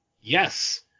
Yes